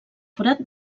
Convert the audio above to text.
forat